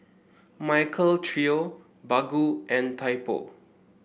Michael Trio Baggu and Typo